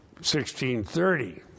1630